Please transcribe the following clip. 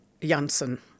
Janssen